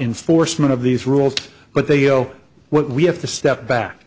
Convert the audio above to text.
enforcement of these rules but they owe what we have to step back